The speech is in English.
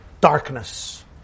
darkness